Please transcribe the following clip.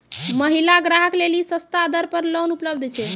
महिला ग्राहक लेली सस्ता दर पर लोन उपलब्ध छै?